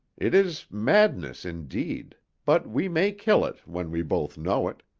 it is madness indeed but we may kill it, when we both know it.